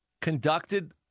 conducted